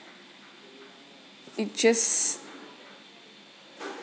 it just